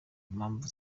mpamvu